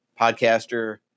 podcaster